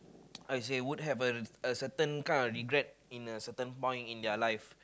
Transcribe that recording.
would have a a certain kind of regret in a certain point in their life